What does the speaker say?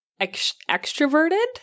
extroverted